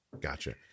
Gotcha